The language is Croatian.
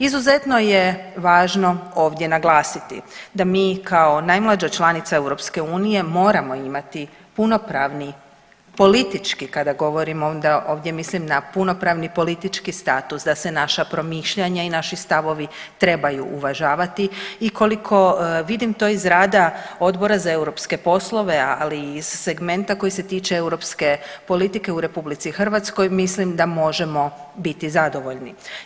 Izuzetno je važno ovdje naglasiti da mi kao najmlađa članica Europske unije moramo imati punopravni politički, kada govorim onda ovdje mislim na punopravni politički status da se naša promišljanja i naši stavovi trebaju uvažavati i koliko vidim to iz rada Odbora za europske poslove ali i iz segmenta koji se tiče europske politike u Republici Hrvatskoj mislim da možemo biti zadovoljni.